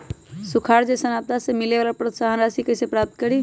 सुखार जैसन आपदा से मिले वाला प्रोत्साहन राशि कईसे प्राप्त करी?